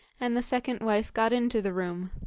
and the second wife got into the room.